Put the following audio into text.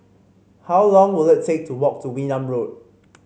how long will it take to walk to Wee Nam Road